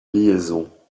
liaison